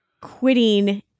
quitting